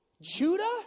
Judah